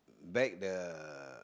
back the